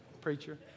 preacher